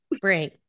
bring